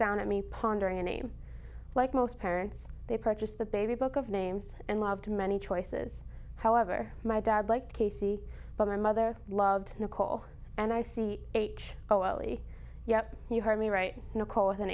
down at me pondering a name like most parents they purchased the baby book of names and loved many choices however my dad like casey but my mother loved nicole and i c h o ali yep you heard me right nicole with an